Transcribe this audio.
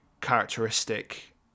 characteristic